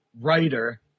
writer